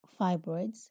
fibroids